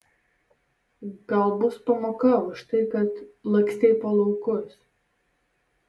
gal bus pamoka už tai kad lakstei po laukus